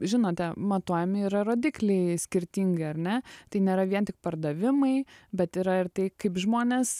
žinote matuojami yra rodikliai skirtingi ar ne tai nėra vien tik pardavimai bet yra ir tai kaip žmonės